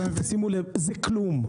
שימו לב, זה כלום.